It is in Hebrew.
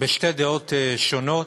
בשתי דעות שונות,